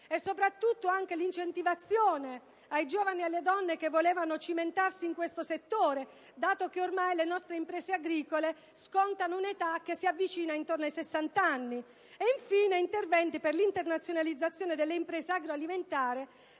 imprese agricole, l'incentivazione ai giovani e alle donne che volevano cimentarsi in questo settore, dato che ormai le nostre imprese agricole scontano un'età che si avvicina intorno ai sessant'anni, e, infine, interventi per l'internazionalizzazione delle imprese agroalimentari,